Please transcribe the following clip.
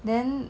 then